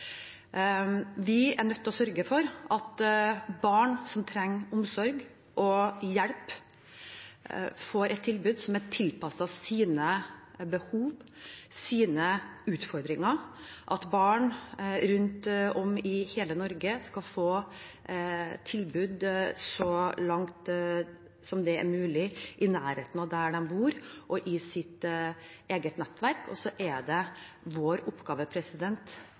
Vi er nødt til å sørge for at barn som trenger omsorg og hjelp, får et tilbud som er tilpasset deres behov og utfordringer, og at barn rundt om i hele Norge skal få tilbud i nærheten av der de bor, og i sitt eget nettverk, så langt som det er mulig. Så er det vår oppgave